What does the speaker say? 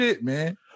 man